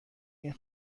این